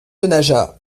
denaja